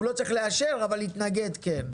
הוא לא צריך לאשר אבל להתנגד, כן.